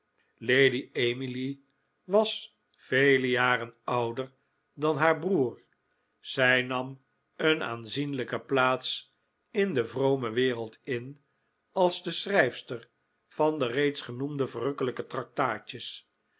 lady emily was vele jaren ouder dan haar broer zij nam een aanzienlijke plaats in de vrome wereld in als de schrijfster van de reeds genoemde verrukkelijke tractaatjes